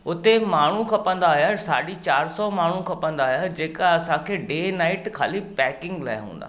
हुते माण्हू खपंदा हुआ साढी चारि सौ माण्हू खपंदा हुआ जेका असांखे डे नाइट खाली पैकिंग लाइ हूंदा